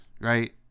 right